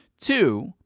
two